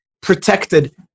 protected